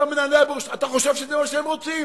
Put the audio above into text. אתה מהנהן בראש, אתה חושב שזה מה שהם רוצים.